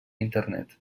internet